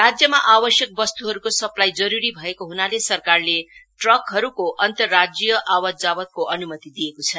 राज्यमा आवशक बस्तुहरूको सप्लाई जरूरी भएको हनाले सरकारले ट्रकहरूको अन्तरराजीय आवातजावातको अन्मति दिएको छ